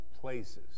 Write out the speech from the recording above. places